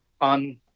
on